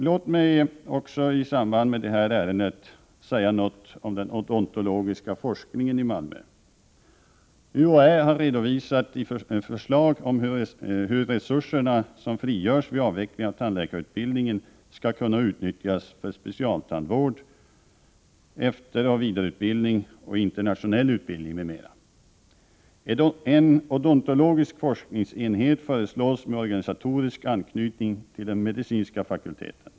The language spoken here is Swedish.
Låt mig också i samband med detta ärende säga något om den odontologiska forskningen i Malmö. UHÄ har redovisat förslag om hur de resurser som frigörs vid avveckling av tandläkarutbildningen skall kunna utnyttjas för specialtandvård, efteroch vidareutbildning och internationell utbildning, m.m. En odontologisk forskningsenhet föreslås med organisatorisk anknytning till den medicinska fakulteten.